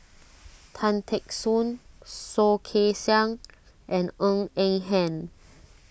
Tan Teck Soon Soh Kay Siang and Ng Eng Hen